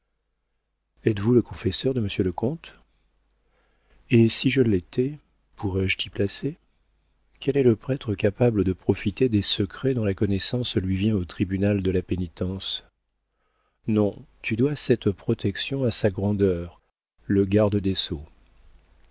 êtes-vous le confesseur de monsieur le comte et si je l'étais pourrais-je t'y placer quel est le prêtre capable de profiter des secrets dont la connaissance lui vient au tribunal de la pénitence non tu dois cette protection à sa grandeur le garde des sceaux